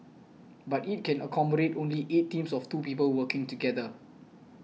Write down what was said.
but it can accommodate only eight teams of two people working together